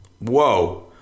Whoa